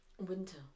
Winter